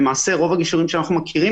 למעשה רוב הגישורים שאנחנו מכירים,